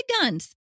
guns